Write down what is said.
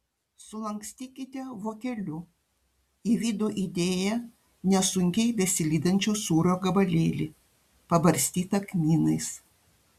sulankstykite vokeliu į vidų įdėję nesunkiai besilydančio sūrio gabalėlį pabarstytą kmynais